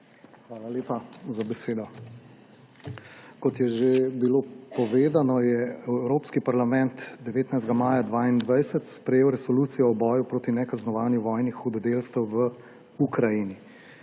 Hvala lepa za besedo. Kot je bilo že povedano, je Evropski parlament 19. maja 2022 sprejel Resolucijo o boju proti nekaznovanju vojnih hudodelstev v Ukrajini.